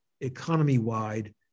economy-wide